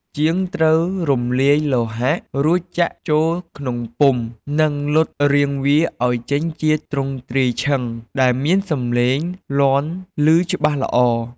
ជាងត្រូវរំលាយលោហៈ រួចចាក់ចូលក្នុងពុម្ព និងលត់រាងវាឲ្យចេញជាទ្រង់ទ្រាយឈិង ដែលមានសម្លេងលាន់ឮច្បាស់ល្អ។